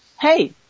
Hey